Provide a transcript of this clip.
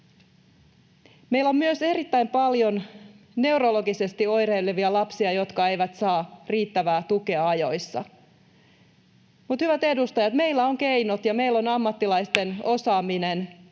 Meillä on myös erittäin paljon neurologisesti oireilevia lapsia, jotka eivät saa riittävää tukea ajoissa. Mutta, hyvät edustajat, meillä on keinot ja meillä on ammattilaisten osaaminen